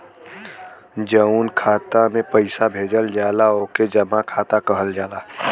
जउन खाता मे पइसा भेजल जाला ओके जमा खाता कहल जाला